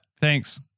thanks